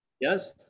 yes